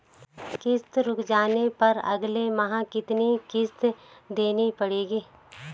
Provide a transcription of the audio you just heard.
किश्त रुक जाने पर अगले माह कितनी किश्त देनी पड़ेगी?